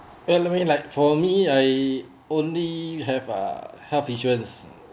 well let me like for me I only have a health insurance